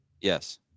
yes